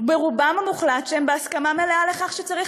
ברובם המוחלט שהם בהסכמה מלאה לכך שצריך